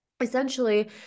essentially